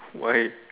why